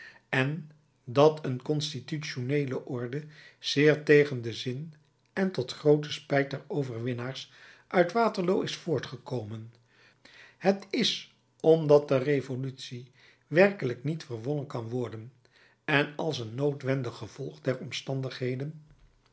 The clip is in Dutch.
en dat een constitutioneele orde zeer tegen den zin en tot grooten spijt der overwinnaars uit waterloo is voortgekomen t is omdat de revolutie werkelijk niet verwonnen kan worden en als een noodwendig gevolg der omstandigheden